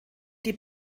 die